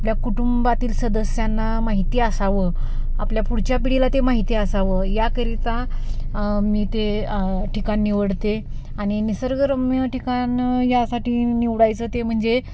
आपल्या कुटुंबातील सदस्यांना माहिती असावं आपल्या पुढच्या पिढीला ते माहिती असावं याकरिता मी ते ठिकाण निवडते आणि निसर्गरम्य ठिकाण यासाठी निवडायचं ते म्हणजे